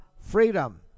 freedom